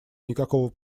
никакого